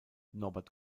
norbert